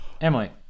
Emily